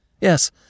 Yes